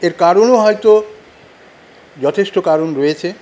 এর কারণও হয়তো যথেষ্ট কারণ রয়েছে